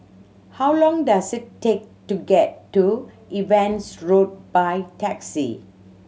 how long does it take to get to Evans Road by taxi